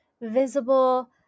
visible